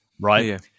Right